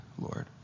Lord